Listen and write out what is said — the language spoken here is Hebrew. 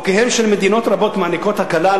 חוקיהן של מדינות רבות מעניקים הקלות